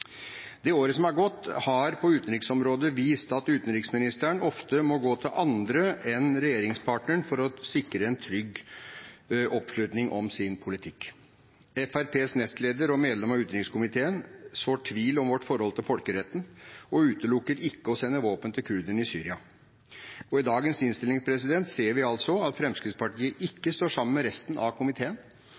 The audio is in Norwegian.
Det året som er gått, har på utenriksområdet vist at utenriksministeren ofte må gå til andre enn regjeringspartneren for å sikre en trygg oppslutning om sin politikk. Fremskrittspartiets nestleder og medlem av utenrikskomiteen sår tvil om vårt forhold til folkeretten og utelukker ikke å sende våpen til kurderne i Syria. Og i dagens innstilling ser vi altså at Fremskrittspartiet ikke står sammen med resten av komiteen